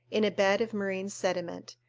in a bed of marine sediment,